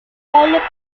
baile